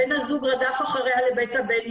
בן הזוג רדף אחריה לבית הבן,